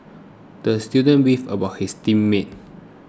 the student beefed about his team mates